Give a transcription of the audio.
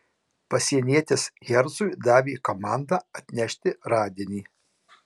pasienietis hercui davė komandą atnešti radinį